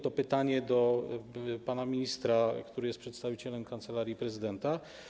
To pytanie do pana ministra, który jest przedstawicielem Kancelarii Prezydenta.